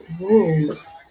rules